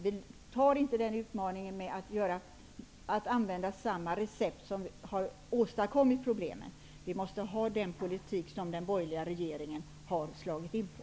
Vi antar inte utmaningen att använda samma recept som har åstadkommit problemen. Vi måste ha den politik som den borgerliga regeringen har slagit in på.